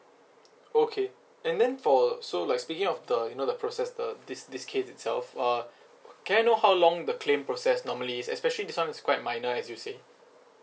okay and then for so like speaking of the you know the process the this this case itself uh can I know how long the claim process normally is especially this one is quite minor as you say